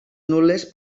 nul·les